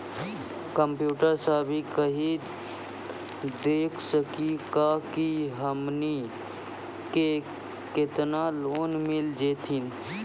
Computer सा भी कही देख सकी का की हमनी के केतना लोन मिल जैतिन?